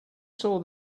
saw